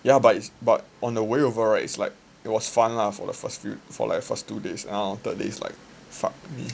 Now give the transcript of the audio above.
yeah but it's but on the way over right like it was fun lah for the first few days like for the first two days then on the third day it was like fuck me